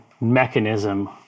mechanism